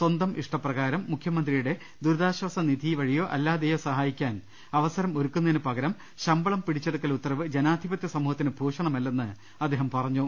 സ്വന്തം ഇഷ്ട്രപ്രകാര്ം മുഖ്യമന്ത്രിയുടെ ദുരിതാശ്ചാസ നിധ വഴിയോ അല്ലാതെയോ സഹായിക്കാൻ അവസരം ഒരുക്കുന്നതിന് പകരം ശമ്പളം പിടിച്ചെടുക്കൽ ഉത്തരവ് ജനാധിപത്യ സമൂഹത്തിന് ഭൂഷണമല്ലെന്ന് അദ്ദേഹം പറഞ്ഞു